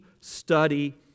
study